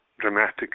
dramatic